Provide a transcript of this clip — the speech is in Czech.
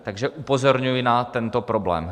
Takže upozorňuji na tento problém.